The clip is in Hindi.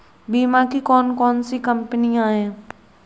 बीमा की कौन कौन सी कंपनियाँ हैं?